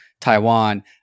Taiwan